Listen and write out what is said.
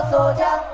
Soldier